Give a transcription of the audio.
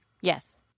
Yes